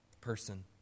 person